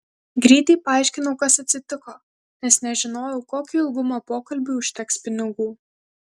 greitai paaiškinau kas atsitiko nes nežinojau kokio ilgumo pokalbiui užteks pinigų